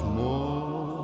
more